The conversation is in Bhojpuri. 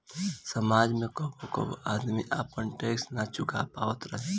समाज में कबो कबो आदमी आपन टैक्स ना चूका पावत रहे